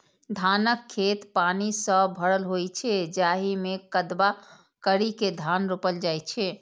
धानक खेत पानि सं भरल होइ छै, जाहि मे कदबा करि के धान रोपल जाइ छै